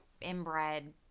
inbred